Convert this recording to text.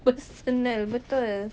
personal betul